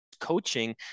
coaching